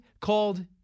called